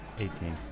18